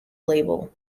label